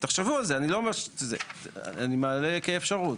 תחשבו על זה רק, אני מעלה את זה כאפשרות.